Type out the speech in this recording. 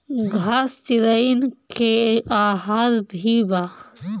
घास चिरईन के आहार भी बा